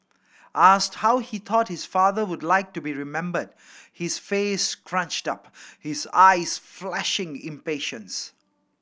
asked how he thought his father would like to be remembered his face scrunched up his eyes flashing impatience